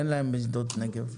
אין להם משדות נגב.